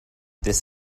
this